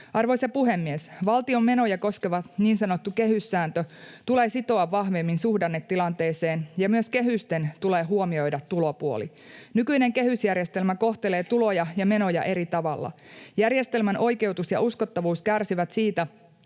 Arvoisa puhemies! Valtion menoja koskeva niin sanottu kehyssääntö tulee sitoa vahvemmin suhdannetilanteeseen, ja myös kehysten tulee huomioida tulopuoli. Nykyinen kehysjärjestelmä kohtelee tuloja ja menoja eri tavalla. Järjestelmän oikeutus ja uskottavuus kärsivät siitä,